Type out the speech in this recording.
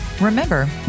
Remember